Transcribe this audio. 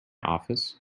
office